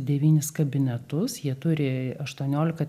devynis kabinetus jie turi aštuoniolika